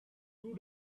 two